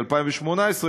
ב-2018,